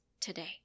today